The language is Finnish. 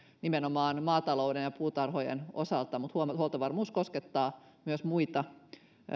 nimenomaan maatalouden ja puutarhojen osalta sen että huoltovarmuus koskettaa myös muita